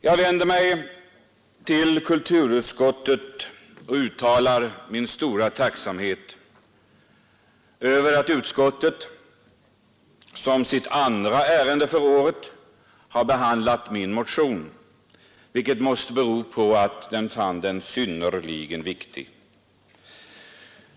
Jag vänder mig till kulturutskottet och uttalar min stora tacksamhet över att utskottet som sitt andra ärende för året har behandlat min motion, vilket måste bero på att man fann den synnerligen viktig.